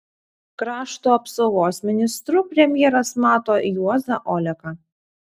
krašto apsaugos ministru premjeras mato juozą oleką